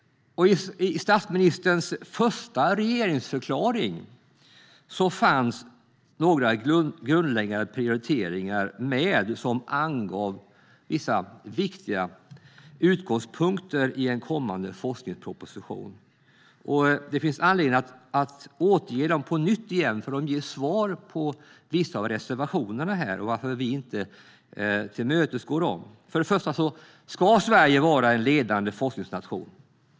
I statsministerns första regeringsförklaring fanns några grundläggande prioriteringar med som angav vissa viktiga utgångspunkter i en kommande forskningsproposition. Det finns anledning att återge dem på nytt, för de ger svar på vissa av reservationerna och på varför vi inte tillmötesgår dem. Sverige ska vara en ledande forskningsnation.